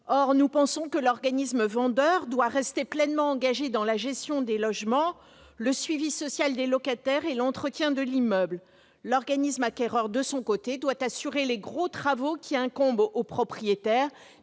revente. Selon nous, l'organisme vendeur doit rester pleinement engagé dans la gestion des logements, le suivi social des locataires et l'entretien de l'immeuble. Il revient à l'organisme acquéreur d'assurer les gros travaux qui incombent au propriétaire,